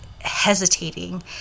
hesitating